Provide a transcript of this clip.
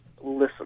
listen